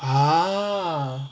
ah